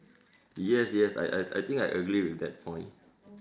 yes yes I I I think I agree with that point